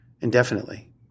indefinitely